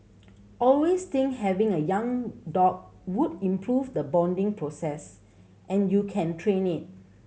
always think having a young dog would improve the bonding process and you can train it